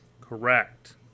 Correct